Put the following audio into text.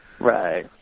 Right